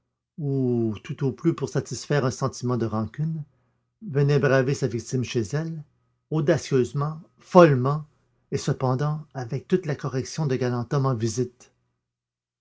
ou tout au plus pour satisfaire un sentiment de rancune venait braver sa victime chez elle audacieusement follement et cependant avec toute la correction d'un galant homme en visite